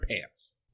pants